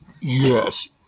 Yes